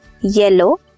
yellow